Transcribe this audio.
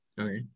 Okay